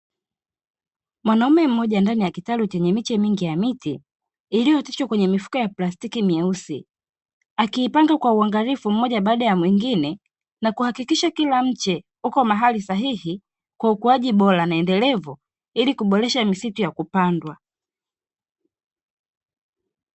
Mwanaume mmoja ndani ya kitalu chenye miche mingi ya miti iliyooteshwa kwenye mifuko ya plastiki myeusi, akiipanga kwa uangalifu mmoja baada ya mwingine na kuhakikisha kila mche uko mahali sahihi kwa ukuaji bora na endelevu ili kuboresha misitu ya kupandwa.